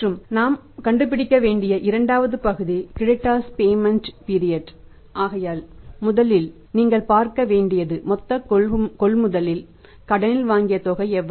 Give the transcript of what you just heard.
மற்றும் நாம் கண்டுபிடிக்க வேண்டிய இரண்டாவது பகுதி கிரெடிட்டார்ஸ் பேமெண்ட் பீரியட்